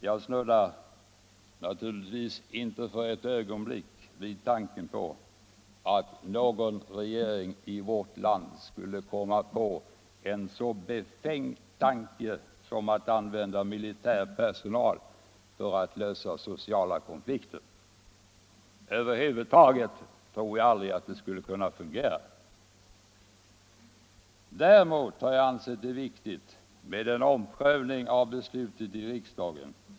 Jag snuddar naturligtvis inte för ett ögonblick vid tanken att någon regering i vårt land skulle komma på en så befängd idé som att använda militär personal för att lösa sociala konflikter. Över huvud taget tror jag aldrig det skulle kunna fungera. Däremot har jag ansett det vara viktigt med en omprövning av beslutet i riksdagen.